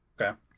Okay